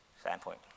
standpoint